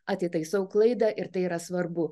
atitaisau klaidą ir tai yra svarbu